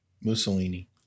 Mussolini